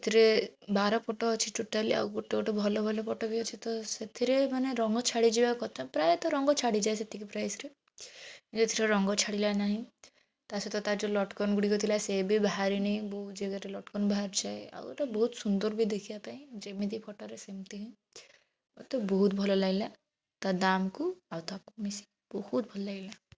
ସେଥିରେ ବାରପଟ ଅଛି ଟୋଟାଲ୍ ଆଉ ଗୋଟେ ଗୋଟେ ଭଲ ଭଲ ପଟ ବି ଅଛି ତ ସେଥିରେ ମାନେ ରଙ୍ଗ ଛାଡ଼ିଯିବା କଥା ପ୍ରାୟତଃ ରଙ୍ଗ ଛାଡ଼ିଯାଏ ସେତିକି ପ୍ରାଇସ୍ରେ ଏଥିରେ ରଙ୍ଗ ଛାଡ଼ିଲା ନାହିଁ ତା'ସହିତ ତା'ର ଯେଉଁ ଲଟକନ୍ ଗୁଡ଼ିକ ଥିଲା ସିଏବି ବାହାରିନି ବହୁତ ଜାଗାରେ ଲଟକନ୍ ବାହାରିଯାଏ ଆଉ ଏଇଟା ବହୁତ ସୁନ୍ଦର ବି ଦେଖିବା ପାଇଁ ଯେମିତି ଫଟୋରେ ସେମିତି ହିଁ ମୋତେ ବହୁତ ଭଲ ଲାଗିଲା ତା'ଦାମକୁ ଆଉ ତାକୁ ବହୁତ ଭଲ ଲାଗିଲା